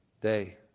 day